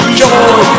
joy